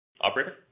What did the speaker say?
Operator